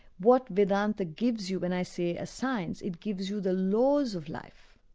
what vedanta gives you when i say a science, it gives you the laws of life,